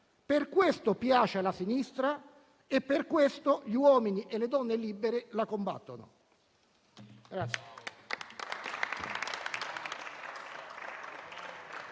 Per questo piace alla sinistra e per questo gli uomini e le donne libere la combattono.